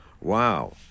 Wow